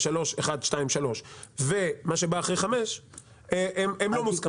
3 ומה שבא אחרי 5 לא מוסכמים.